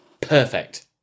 perfect